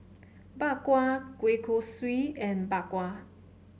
Bak Kwa Kueh Kosui and Bak Kwa